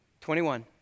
21